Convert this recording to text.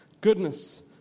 goodness